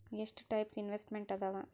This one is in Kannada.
ಎಷ್ಟ ಟೈಪ್ಸ್ ಇನ್ವೆಸ್ಟ್ಮೆಂಟ್ಸ್ ಅದಾವ